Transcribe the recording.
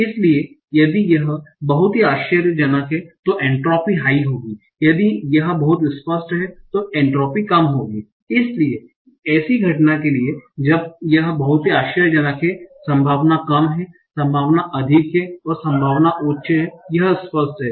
इसलिए यदि यह बहुत ही आश्चर्यजनक है तो एन्ट्रापी हाइ होगी यदि यह बहुत स्पष्ट है तो एन्ट्रॉपी कम होगी इसलिए ऐसी घटना के लिए जब यह बहुत ही आश्चर्यजनक है संभावना कम है संभावना अधिक है और संभावना उच्च है यह स्पष्ट है